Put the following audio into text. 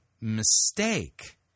mistake